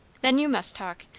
then you must talk.